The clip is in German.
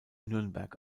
nürnberg